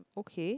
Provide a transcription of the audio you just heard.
okay